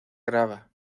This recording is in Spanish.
grava